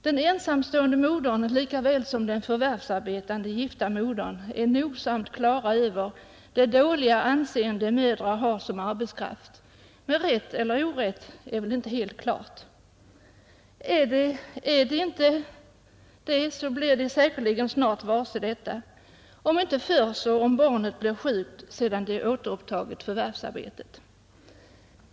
Den ensamstående modern lika väl som = tilläggssjukpenning den förvärvsarbetande gifta modern är nogsamt medveten om det dåliga vid havandeskap anseende mödrar har som arbetskraft — med rätt eller orätt är en annan sak. Är vederbörande inte på det klara med det, blir hon säkerligen snart varse detta, om inte förr så åtminstone om barnet insjuknar sedan hon återupptagit förvärvsarbetet.